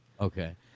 Okay